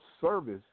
service